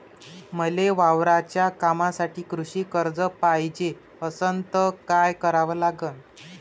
मले वावराच्या कामासाठी कृषी कर्ज पायजे असनं त काय कराव लागन?